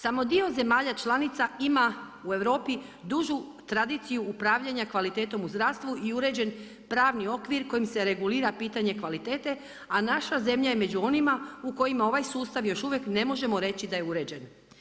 Samo dio zemalja članica ima u Europi dužu tradiciju upravljanja kvalitetom u zdravstvu i uređen pravni okvir kojim se regulira pitanje kvalitete a naša zemlja je među onima u kojima ovaj sustav još uvijek ne možemo reći da je uređen.